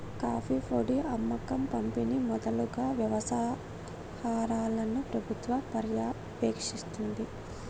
coffee పొడి అమ్మకం పంపిణి మొదలగు వ్యవహారాలను ప్రభుత్వం పర్యవేక్షిస్తుంది